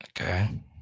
okay